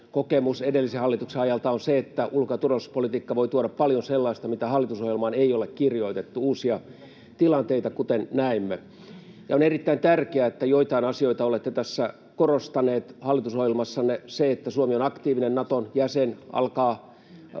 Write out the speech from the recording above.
Kokemus edellisen hallituksen ajalta on se, että ulko- ja turvallisuuspolitiikka voi tuoda paljon sellaista, mitä hallitusohjelmaan ei ole kirjoitettu — uusia tilanteita, kuten näimme. On erittäin tärkeää, että joitain asioita olette korostaneet tässä hallitusohjelmassanne: Se, että Suomi on aktiivinen Naton jäsen ja alkaa